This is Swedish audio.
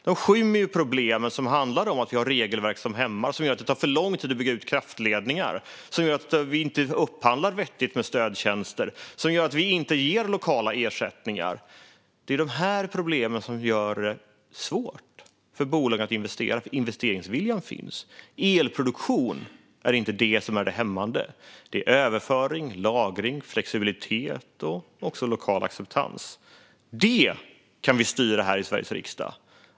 Den skymmer de problem som handlar om att vi har regelverk som hämmar och som gör att det tar för lång tid att bygga ut kraftledningar, att vi inte upphandlar vettigt med stödtjänster och att vi inte ger lokala ersättningar. Det är ju de här problemen som gör det svårt för bolag att investera. Investeringsviljan finns. Elproduktion är inte det som är det hämmande. Det handlar om överföring, lagring, flexibilitet och lokal acceptans. Detta kan vi styra här i Sveriges riksdag.